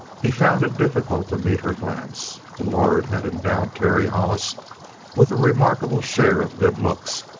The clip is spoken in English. he found it difficult to meet her glance. the lord had endowed terry hollis with a remarkable share of good looks,